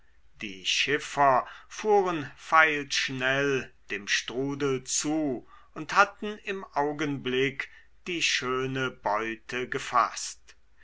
die schiffer fuhren pfeilschnell dem strudel zu und hatten im augenblick die schöne beute gefaßt